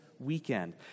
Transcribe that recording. weekend